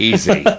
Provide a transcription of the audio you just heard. Easy